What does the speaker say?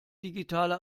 digitale